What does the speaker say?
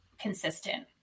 consistent